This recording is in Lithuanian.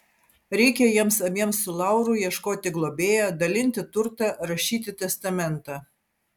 reikia jiems abiems su lauru ieškoti globėjo dalinti turtą rašyti testamentą